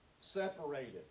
Separated